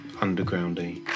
underground-y